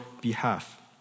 behalf